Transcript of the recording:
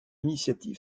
initiatives